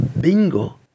bingo